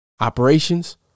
Operations